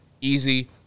Easy